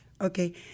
Okay